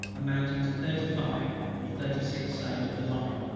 amounting to thirty-five or thirty-six sail of the line.